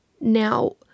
Now